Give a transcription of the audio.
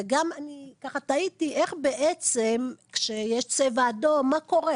אני תהיתי: כשיש צבע אדום, מה קורה?